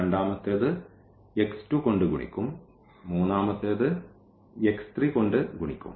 രണ്ടാമത്തേത് കൊണ്ട് ഗുണിക്കും മൂന്നാമത്തെത് കൊണ്ട് ഗുണിക്കും